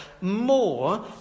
more